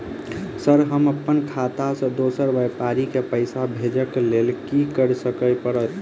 Sir हम अप्पन खाता सऽ दोसर व्यापारी केँ पैसा भेजक लेल की करऽ पड़तै?